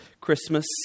Christmas